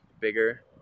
bigger